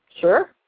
Sure